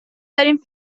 داریم